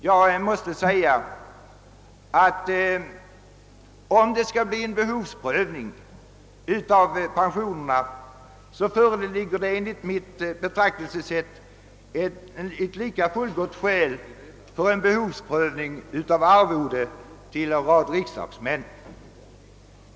Herr Sjöholm vill alltså införa en behovsprövning av pensionen. Jag måste säga att det enligt mitt betraktelsesätt finns ett lika fullgott skäl att införa en behovsprövning av arvodet till en rad riksdagsmän.